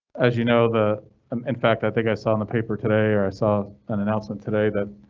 as you know, the in fact i think i saw in the paper today or i saw an announcement today that